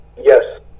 Yes